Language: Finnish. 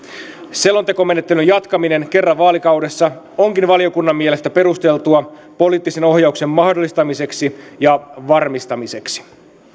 selontekomenettelyn jatkaminen kerran vaalikaudessa onkin valiokunnan mielestä perusteltua poliittisen ohjauksen mahdollistamiseksi ja varmistamiseksi